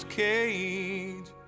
cage